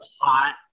hot